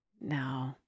No